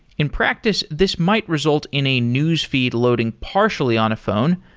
in practice, this might result in a newsfeed loading partially on a phone,